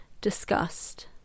discussed